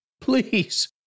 Please